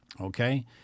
okay